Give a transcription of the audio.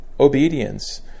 Obedience